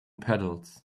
paddles